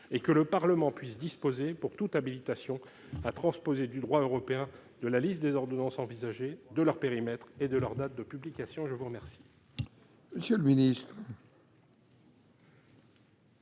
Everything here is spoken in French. et que le Parlement puisse disposer pour toute habilitation a transposé du droit européen de la liste des ordonnances envisagée de leur périmètre et de leur date de publication : je vous remercie.